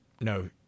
no